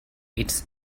its